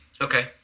okay